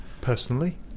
Personally